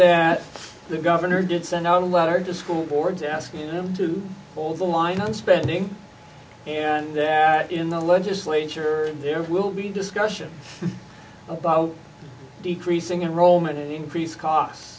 that the governor did send out a letter to school boards asking you know to hold the line on spending and that in the legislature there will be discussion about decreasing enrollment and increased costs